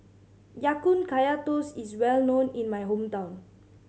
Ya Kun Kaya Toast is well known in my hometown